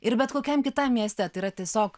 ir bet kokiam kitam mieste tai yra tiesiog